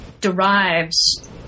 derives